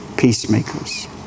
peacemakers